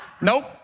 Nope